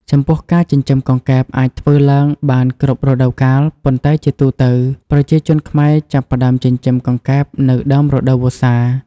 ចំពោះការចិញ្ចឹមកង្កែបអាចធ្វើឡើងបានគ្រប់រដូវកាល ប៉ុន្តែជាទូទៅ ប្រជាជនខ្មែរចាប់ផ្ដើមចិញ្ចឹមកង្កែបនៅដើមរដូវវស្សា។